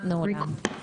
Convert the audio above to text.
הישיבה ננעלה בשעה 12:44.